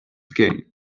gain